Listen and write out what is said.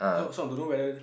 so so I don't know whether